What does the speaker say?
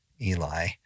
Eli